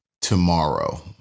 tomorrow